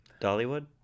Dollywood